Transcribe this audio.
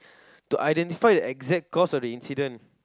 to identify the exact cause of the incident